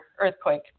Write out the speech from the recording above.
earthquake